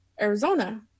Arizona